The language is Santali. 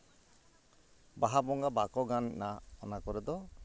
ᱵᱟᱦᱟ ᱵᱚᱸᱜᱟ ᱵᱟᱠᱚ ᱜᱟᱱᱟ ᱚᱱᱟ ᱠᱚᱨᱮ ᱫᱚ